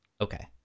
Okay